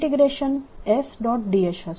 dS હશે